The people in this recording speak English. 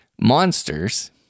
monsters